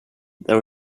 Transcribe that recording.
there